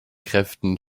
kräften